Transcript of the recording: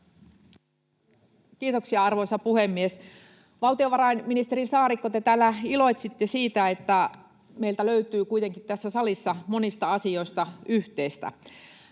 Kiitoksia, arvoisa puhemies! Valtiovarainministeri Saarikko, te täällä iloitsitte siitä, että meiltä löytyy kuitenkin tässä salissa monista asioista yhteistä.